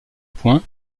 points